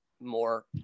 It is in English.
more